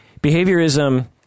Behaviorism